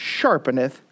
sharpeneth